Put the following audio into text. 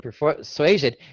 persuasion